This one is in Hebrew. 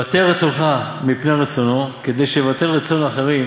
בטל רצונך מפני רצונו כדי שיבטל רצון אחרים